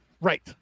Right